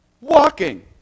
walking